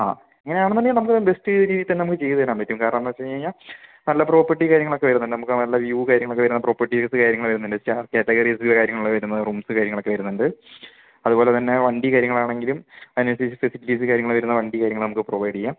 ആ അങ്ങനെയാണെന്നുണ്ടെങ്കിൽ നമ്മള് ബെസ്റ്റ് രീതിയിൽ തന്നെ നമുക്ക് ചെയ്തുതരാൻ പറ്റും കാരണമെന്താണെന്ന് വെച്ച് കഴിഞ്ഞ് കഴിഞ്ഞാൽ നല്ല പ്രോപ്പർട്ടി കാര്യങ്ങളൊക്കെ വരുന്നുണ്ട് നമുക്ക് നല്ല വ്യൂ കാര്യങ്ങളൊക്കെ വരുന്ന പ്രോപ്പർട്ടീസ് കാര്യങ്ങൾ വരുന്നുണ്ട് സ്റ്റാർ കാറ്റഗറീസ് കാര്യങ്ങൾ വരുന്ന റൂംസ് കാര്യങ്ങളൊക്കെ വരുന്നുണ്ട് അതുപോലെ തന്നെ വണ്ടി കാര്യങ്ങൾ ആണെങ്കിലും അതിനനുസരിച്ച് ഫെസിലിറ്റീസ് കാര്യങ്ങൾ വരുന്ന വണ്ടി കാര്യങ്ങൾ നമുക്ക് പ്രൊവൈഡ് ചെയ്യാം